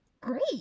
great